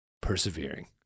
persevering